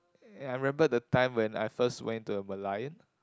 ya I remember the time when I first went into a Merlion